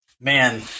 Man